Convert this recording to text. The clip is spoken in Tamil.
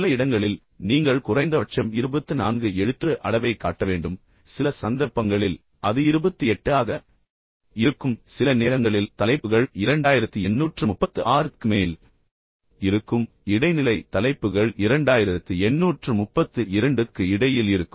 சில இடங்களில் நீங்கள் குறைந்தபட்சம் 24 எழுத்துரு அளவைக் காட்ட வேண்டும் சில சந்தர்ப்பங்களில் அது 28 ஆக இருக்கும் சில நேரங்களில் தலைப்புகள் 2836 க்கு மேல் இருக்கும் இடைநிலை தலைப்புகள் 2832 க்கு இடையில் இருக்கும்